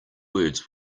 words